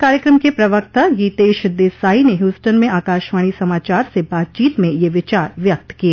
कार्यक्रम के प्रवक्ता गीतेश देसाई ने ह्यूस्टन में आकाशवाणी समाचार से बातचीत में ये विचार व्यक्त किए